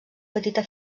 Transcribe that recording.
petita